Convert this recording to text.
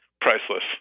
priceless